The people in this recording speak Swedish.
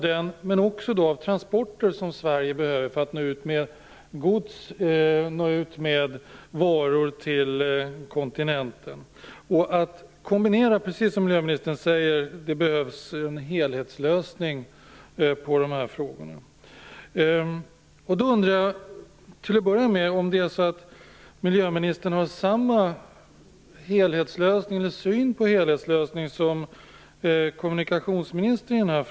Det gäller också de transporter som Sverige behöver få utförda för att nå ut med gods till kontinenten. Precis som miljöministern säger behövs det en helhetslösning av dessa frågor. Jag undrar till att börja med om miljöministern har samma syn på helhetslösningen som kommunikationsministern har.